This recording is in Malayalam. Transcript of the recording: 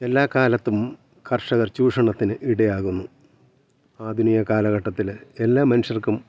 എല്ലാ കാലത്തും കർഷകർ ചൂഷണത്തിന് ഇടയാകുന്നു ആധുനിക കാലഘട്ടത്തിൽ എല്ലാ മനുഷ്യർക്കും